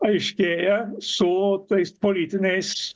aiškėja su tais politiniais